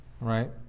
right